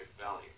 value